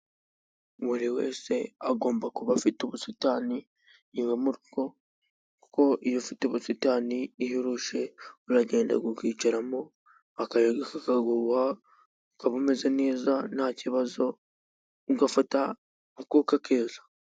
Buri wese agomba kuba afite ubusitani iwe mu rugo kuko iyo ufite ubusitani iyo urushe uragenda ukicaramo akayaga kakaguhuha ukaba umeze neza nta kibazo ugafata akuka keza.